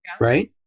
right